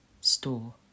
store